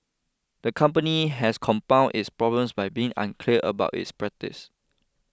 the company has compounded its problems by being unclear about its practices